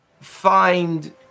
find